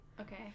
okay